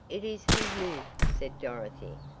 it is for you, said dorothy,